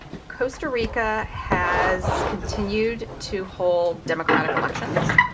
costa rica has continued to hold democratic elections.